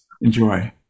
Enjoy